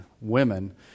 women